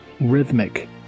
rhythmic